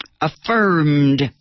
affirmed